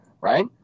Right